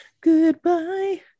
goodbye